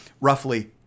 roughly